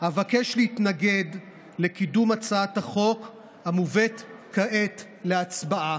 אבקש להתנגד לקידום הצעת החוק המובאת כעת להצבעה.